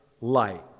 light